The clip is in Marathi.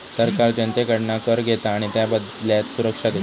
सरकार जनतेकडना कर घेता आणि त्याबदल्यात सुरक्षा देता